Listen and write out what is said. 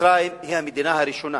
ומצרים היא המדינה הראשונה,